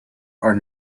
are